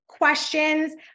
questions